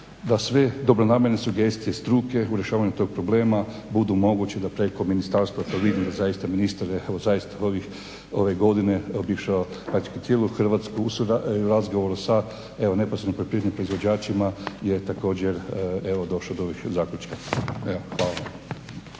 da sve dobronamjerne sugestije, struke u rješavanju tog problema budu moguće da preko ministarstva to vidimo. Zaista ministar je evo zaista, ove godine obišao praktički cijelu Hrvatsku u razgovoru sa neposredno poljoprivrednim proizvođačima je također došao do ovih zaključaka. Evo